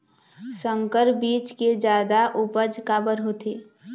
संकर बीज के जादा उपज काबर होथे?